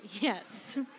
Yes